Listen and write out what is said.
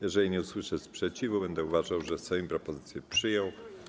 Jeżeli nie usłyszę sprzeciwu, będę uważał, że Sejm propozycję przyjął.